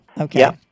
Okay